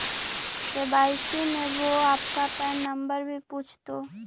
KYC में वो आपका पैन नंबर भी पूछतो